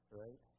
right